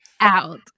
out